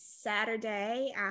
Saturday